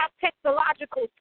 technological